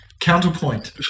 Counterpoint